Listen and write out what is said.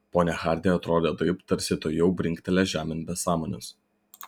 ponia hardi atrodė taip tarsi tuojau brinktelės žemėn be sąmonės